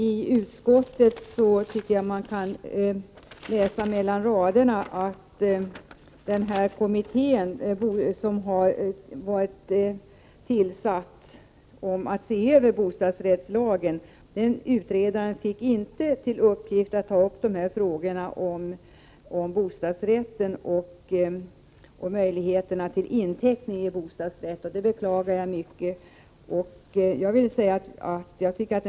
I utskottsbetänkandet kan man mellan raderna läsa att den utredare som har tillsatts för att se över bostadsrättslagen inte fick i uppgift att ta upp frågan om möjligheten att göra inteckning i bostadsrätt, och det beklagar jag mycket.